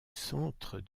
centre